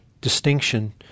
distinction